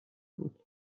بود